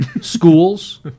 schools